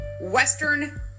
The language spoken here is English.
Western